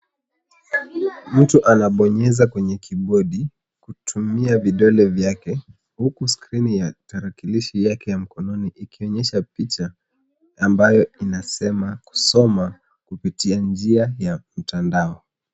Mtu anabonyeza kwenye kibodi kutumia vidole vyake, huku skrini ya tarakilishi yake ya mkononi ikionyesha picha ambayo inasema kusoma kupitia njia ya mtandao.